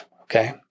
Okay